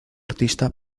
artista